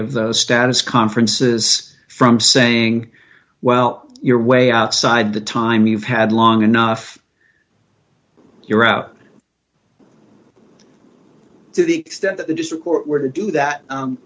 of those status conferences from saying well you're way outside the time you've had long enough you're out to the extent that the district court were to do that u